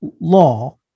law